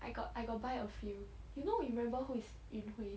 I got I got buy a few you know you remember who is yun hui